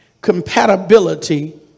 compatibility